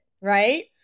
Right